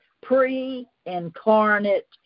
pre-incarnate